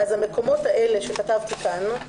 התש"ף 2020‏; המקומות האלה שכתבתי כאן,